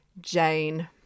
Jane